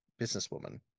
businesswoman